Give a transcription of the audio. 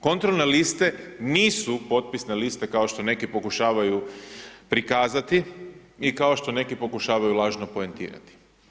Kontrolne liste nisu potpisne liste, kao što neki pokušavaju prikazati i kao što neki pokušavaju lažno poentirati.